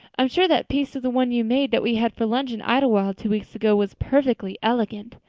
i'm sure that piece of the one you made that we had for lunch in idlewild two weeks ago was perfectly elegant.